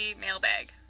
mailbag